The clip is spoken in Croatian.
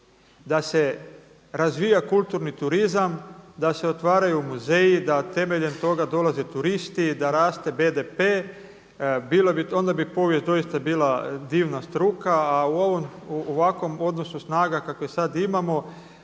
da se razvija kulturni turizam, da se otvaraju muzeji, da temeljem toga dolaze turisti, da raste BDP, onda bi povijest doista bila divna struka. A u ovom, ovakvom odnosu snaga kakve sada imamo,